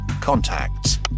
contacts